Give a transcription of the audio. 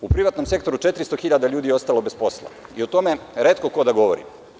U privatnom sektoru je 400.000 ljudi ostalo bez posla i o tome retko ko da govori.